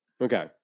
Okay